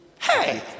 Hey